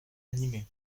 animé